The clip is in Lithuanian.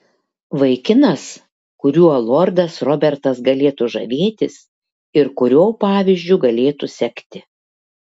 vaikinas kuriuo lordas robertas galėtų žavėtis ir kurio pavyzdžiu galėtų sekti